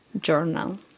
journal